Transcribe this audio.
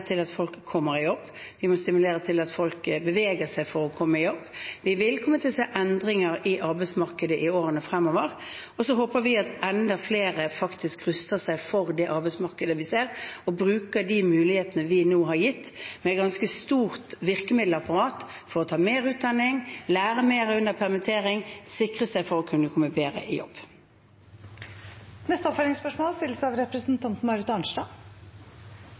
til at folk kommer i jobb. Vi må stimulere til at folk beveger seg for å komme i jobb. Vi vil komme til å se endringer i arbeidsmarkedet i årene fremover. Så håper vi at enda flere faktisk ruster seg for det arbeidsmarkedet vi ser, og bruker de mulighetene vi nå har gitt, med et ganske stort virkemiddelapparat, for å ta mer utdanning, lære mer under permittering, sikre seg for bedre å kunne komme i jobb. Marit Arnstad – til oppfølgingsspørsmål.